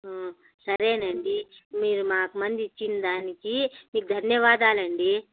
సరే అండి మీరు మాకు మందు ఇచ్చిన దానికి మీకు ధన్యవాదాలు అండి